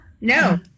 no